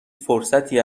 فرصتی